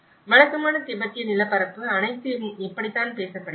வழக்கமான திபெத்திய நிலப்பரப்பு அனைத்தும் இப்படித்தான் பேசப்படுகிறது